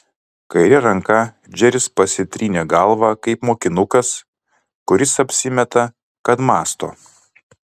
kaire ranka džeris pasitrynė galvą kaip mokinukas kuris apsimeta kad mąsto